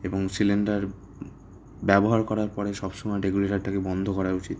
এবং সিলিন্ডার ব্যবহার করার পরে সব সময় রেগুলেটরটাকে বন্ধ করা উচিত